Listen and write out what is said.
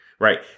Right